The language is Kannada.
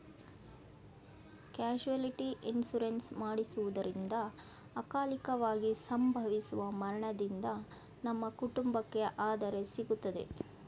ಕ್ಯಾಸುವಲಿಟಿ ಇನ್ಸೂರೆನ್ಸ್ ಮಾಡಿಸುವುದರಿಂದ ಅಕಾಲಿಕವಾಗಿ ಸಂಭವಿಸುವ ಮರಣದಿಂದ ನಮ್ಮ ಕುಟುಂಬಕ್ಕೆ ಆದರೆ ಸಿಗುತ್ತದೆ